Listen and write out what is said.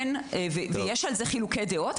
יש על זה חילוקי דעות.